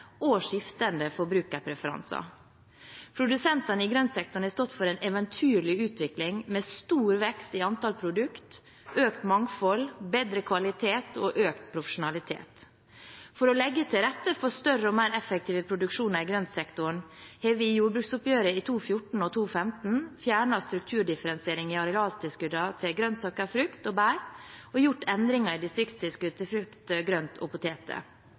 og skiftende forbrukerpreferanser. Produsentene i grøntsektoren hatt stått for en eventyrlig utvikling med stor vekst i antall produkter, økt mangfold, bedre kvalitet og økt profesjonalitet. For å legge til rette for større og mer effektive produksjoner i grøntsektoren har vi i jordbruksoppgjøret i 2014 og 2015 fjernet strukturdifferensieringen i arealtilskuddene til grønnsaker, frukt og bær og gjort endringer i distriktstilskudd til frukt, grønt